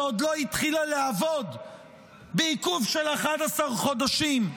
שעוד לא התחילה לעבוד בעיכוב של 11 חודשים,